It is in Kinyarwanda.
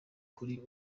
kuri